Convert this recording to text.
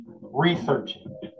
researching